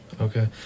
Okay